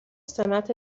سمت